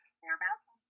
thereabouts